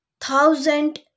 Thousand